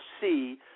see –